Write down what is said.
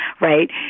right